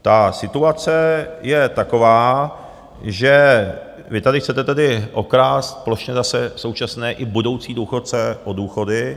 Ta situace je taková, že vy chcete tedy okrást plošně zase současné i budoucí důchodce o důchody.